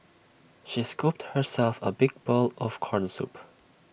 she scooped herself A big bowl of Corn Soup